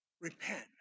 Repent